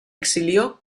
exilió